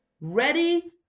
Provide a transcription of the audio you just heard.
ready